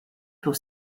pour